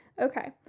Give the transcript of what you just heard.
Okay